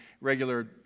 regular